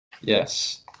Yes